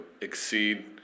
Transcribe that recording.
exceed